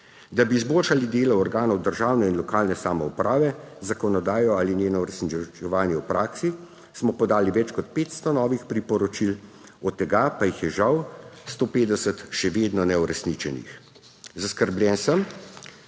Da bi izboljšali delo organov državne in lokalne samouprave, zakonodajo ali njeno uresničevanje v praksi, smo podali več kot 500 novih priporočil, od tega pa jih je žal 150 še vedno neuresničenih. Zaskrbljen sem,